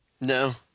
No